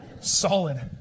Solid